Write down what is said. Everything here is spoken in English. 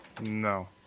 No